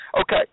Okay